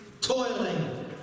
toiling